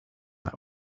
that